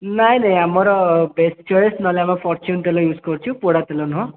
ନାଇଁ ନାଇଁ ଆମର ବେଷ୍ଟ୍ ଚଏସ୍ ନହେଲେ ଆମେ ଫର୍ଚୁନ୍ ତେଲ ୟୁଜ୍ କରୁଛୁ ପୋଡ଼ା ତେଲ ନୁହଁ